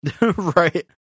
Right